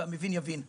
והמבין יבין.